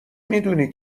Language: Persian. میدونی